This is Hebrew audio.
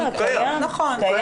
הוא קיים.